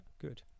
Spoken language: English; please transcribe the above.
good